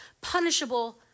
punishable